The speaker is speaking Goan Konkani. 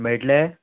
मेयटले